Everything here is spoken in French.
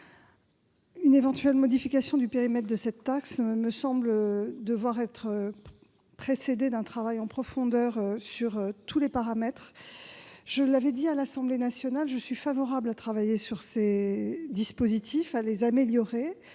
Une éventuelle modification du périmètre de cette taxe me semble devoir être précédée d'un travail en profondeur sur tous les paramètres. Comme je l'ai indiqué à l'Assemblée nationale, je suis d'accord pour travailler sur ces dispositifs et les améliorer,